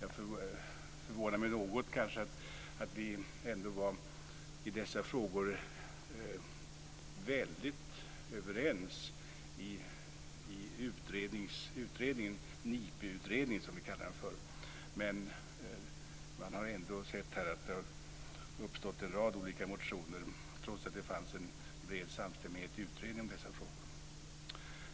Det förvånar mig kanske något att vi i dessa frågor var så väldigt överens i NIPE-utredningen, som vi kallade den. Det har dock trots att det fanns en bred samstämmighet i utredningen om dessa frågor